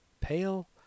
Pale